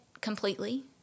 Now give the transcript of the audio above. completely